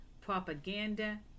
propaganda